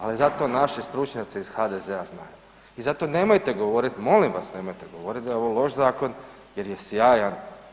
Ali zato naši stručnjaci iz HDZ-a znaju i zato nemojte govoriti, molim vas nemojte govoriti da je ovo loš zakon, jer je sjajan.